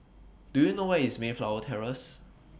Do YOU know Where IS Mayflower Terrace